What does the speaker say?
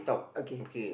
okay